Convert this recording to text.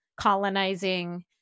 colonizing